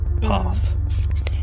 path